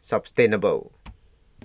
sustainable